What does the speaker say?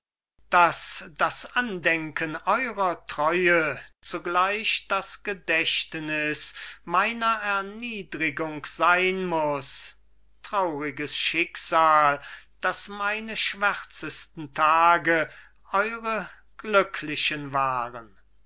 daß das andenken eurer treue zugleich das gedächtniß meiner erniedrigung sein muß trauriges schicksal daß meine schwärzesten tage eure glücklichen waren